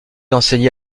enseigné